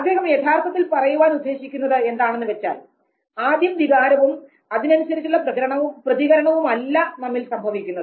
അദ്ദേഹം യഥാർത്ഥത്തിൽ പറയാൻ ഉദ്ദേശിക്കുന്നത് എന്താണെന്ന് വെച്ചാൽ ആദ്യം വികാരവും അതിനനുസരിച്ചുള്ള പ്രതികരണവും അല്ല നമ്മിൽ സംഭവിക്കുന്നത്